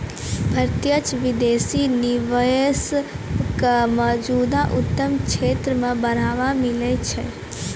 प्रत्यक्ष विदेशी निवेश क मौजूदा उद्यम क्षेत्र म बढ़ावा मिलै छै